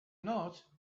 not